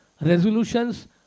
resolutions